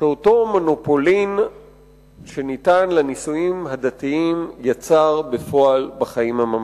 שאותו מונופולין שניתן לנישואים הדתיים יצר בפועל בחיים הממשיים.